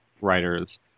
writers